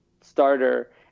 starter